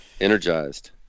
Energized